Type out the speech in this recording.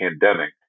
pandemic